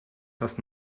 dass